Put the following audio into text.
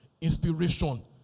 inspiration